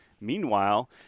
Meanwhile